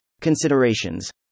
Considerations